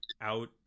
out